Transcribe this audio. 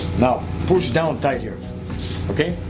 now push down tight here okay